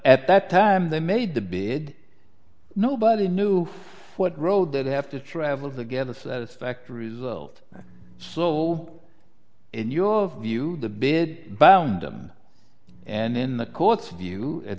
at that time they made the bid nobody knew what road they have to travel to get a satisfactory result so in your view the bed bound them and in the court's view at